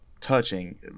touching